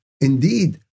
Indeed